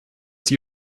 die